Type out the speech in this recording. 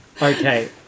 Okay